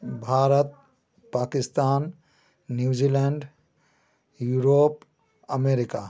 Bharat Pakistan New Zealand Europe America